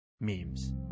Memes